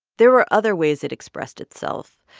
there were other ways it expressed itself.